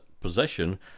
possession